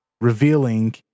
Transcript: revealing